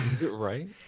right